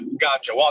gotcha